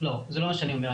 לא, זה לא מה שאני אומר.